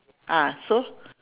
ah so